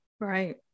Right